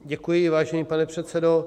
Děkuji, vážený pane předsedo.